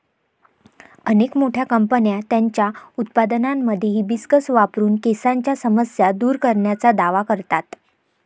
अनेक मोठ्या कंपन्या त्यांच्या उत्पादनांमध्ये हिबिस्कस वापरून केसांच्या समस्या दूर करण्याचा दावा करतात